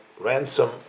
ransom